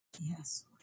Yes